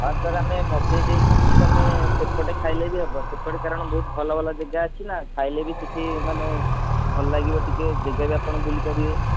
ହଁ ସାର୍ ଆମେ ମଗାଇ ଦେଇକି ତମେ ସେପଟେ ଖାଇଲେ ବି ହେବ ସେପଟେ କାରଣ ବହୁତ ଭଲ ଭଲ ଜାଗା ଅଛିନା ଖାଇଲେ ବି ସେଠି ମାନେ ଭଲ ଲାଗିବ ଟିକିଏ ଜାଗା ବି ଆପଣ ବୁଲି ପାରିବେ